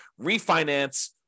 refinance